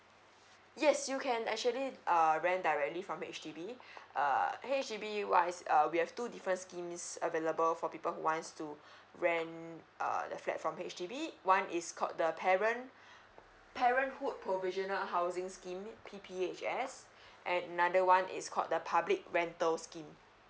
yes you can actually err rent directly from H_D_B uh H_D_B wise uh we have two different schemes available for people who want to rent err the flat from H_D_B one is called the parent~ parenthood provisional housing scheme P P H S and another one is called the public rental scheme